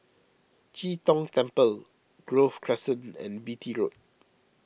Chee Tong Temple Grove Crescent and Beatty Road